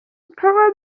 doctor